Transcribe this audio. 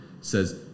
says